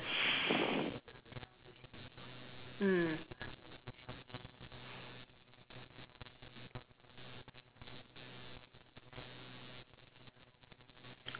mm